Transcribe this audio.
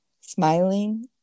Smiling